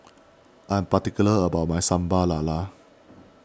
I am particular about my Sambal Lala